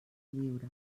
lliure